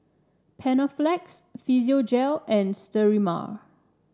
Panaflex Physiogel and Sterimar